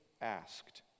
asked